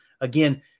Again